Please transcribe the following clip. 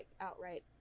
outright